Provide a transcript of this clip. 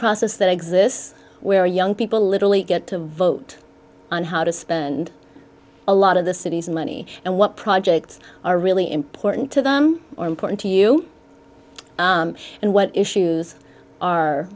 process that exists where young people literally get to vote on how to spend a lot of the city's money and what projects are really important to them or important to you and what issues are